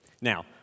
now